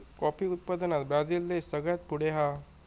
coffee उत्पादनात Brazil देश सगळ्यात पुढे हा